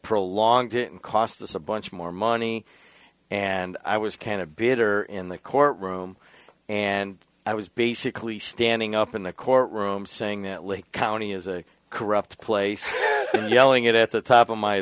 prolonged it and cost us a bunch more money and i was kind of bitter in the courtroom and i was basically standing up in a court room saying that lee county is a corrupt place yelling it at the top of my